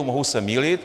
Mohu se mýlit.